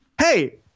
Hey